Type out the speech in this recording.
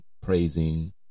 praising